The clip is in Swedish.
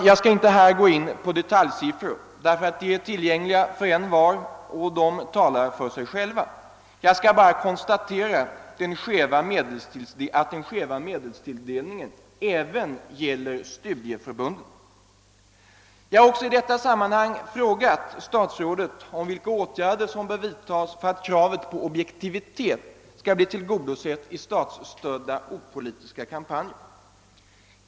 Jag skall inte här gå in på detaljsiffror, eftersom de är tillgängliga för envar och talar för sig själva, utan vill bara konstatera att den skeva medelstilldelningen även gäller studieförbunden. Jag har också i detta sammanhang frågat statsrådet vilka åtgärder som bör vidtagas för att kravet på objektivitet skall bli tillgodosett i statsstödda opolitiska kampanjer.